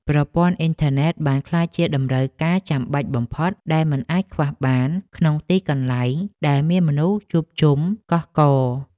ប្រព័ន្ធអ៊ីនធឺណិតបានក្លាយជាតម្រូវការចាំបាច់បំផុតដែលមិនអាចខ្វះបានក្នុងទីកន្លែងដែលមានមនុស្សជួបជុំកុះករ។